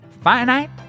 finite